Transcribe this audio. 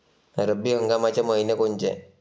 रब्बी हंगामाचे मइने कोनचे?